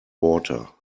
water